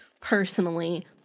Personally